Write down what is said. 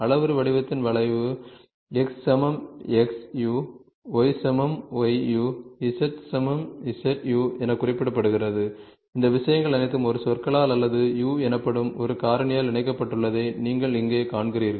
அளவுரு வடிவத்தில் வளைவு X x Y y Z z என குறிப்பிடப்படுகிறது இந்த விஷயங்கள் அனைத்தும் ஒரு சொற்களால் அல்லது 'u' எனப்படும் ஒரு காரணியால் இணைக்கப்பட்டுள்ளதை நீங்கள் இங்கே காண்கிறீர்கள்